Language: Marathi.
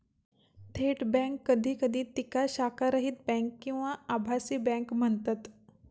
थेट बँक कधी कधी तिका शाखारहित बँक किंवा आभासी बँक म्हणतत